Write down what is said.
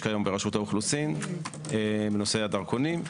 כיום ברשות האוכלוסין בנושא הדרכונים,